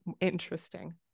interesting